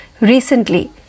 recently